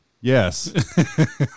yes